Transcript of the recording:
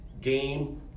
game